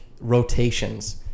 rotations